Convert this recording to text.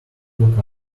look